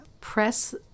press